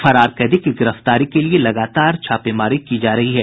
फरार कैदी की गिरफ्तारी के लिये छापेमारी की जा रही है